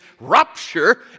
rupture